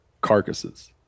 carcasses